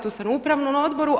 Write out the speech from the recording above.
Tu sam u upravnom odboru.